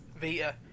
Vita